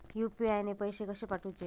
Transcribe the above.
UPI ने पैशे कशे पाठवूचे?